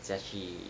再去